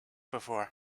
before